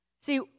See